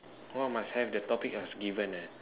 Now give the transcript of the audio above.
what must have the topic was given ah